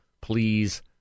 please